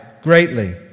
greatly